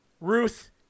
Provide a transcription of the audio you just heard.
Ruth